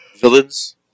villains